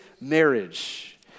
marriage